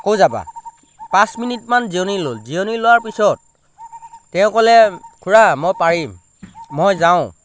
আকৌ যাবা পাঁচ মিনিটমান জিৰণি ল'লোঁ জিৰণি লোৱাৰ পিছত তেওঁ ক'লে খুৰা মই পাৰিম মই যাওঁ